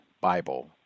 Bible